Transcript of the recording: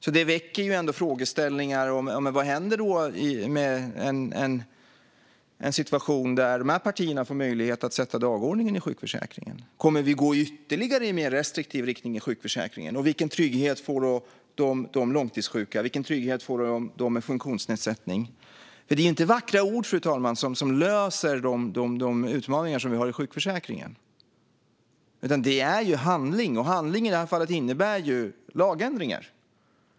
Detta väcker frågeställningar om vad som händer i en situation där dessa partier får möjlighet att sätta dagordningen för sjukförsäkringen. Kommer vi att gå ytterligare i mer restriktiv riktning i sjukförsäkringen, och vilken trygghet får de långtidssjuka och personer med funktionsnedsättning? Det är inte vackra ord som löser de utmaningar som vi har i sjukförsäkringen, fru talman, utan det är handling. Och handling, i det här fallet, innebär lagändringar.